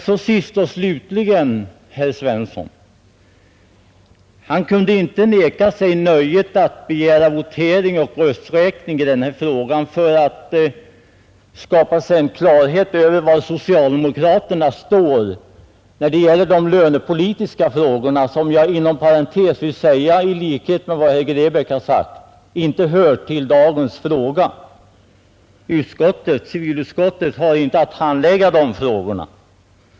Sist och slutligen: Herr Svensson kunde inte neka sig nöjet att begära votering och rösträkning i detta ärende för att skapa sig klarhet i var socialdemokraterna står när det gäller de lönepolitiska frågorna, som — det vill jag inom parentes och i likhet med herr Grebäck framhålla — inte hör till dagens debatt. Civilutskottet har inte att handlägga de frågorna.